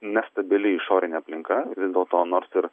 nestabili išorinė aplinka vis dėlto nors ir